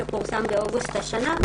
שפורסם באוגוסט השנה,